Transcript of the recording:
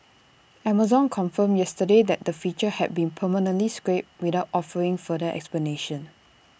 Amazon confirmed yesterday that the feature had been permanently scrapped without offering further explanation